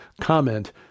comment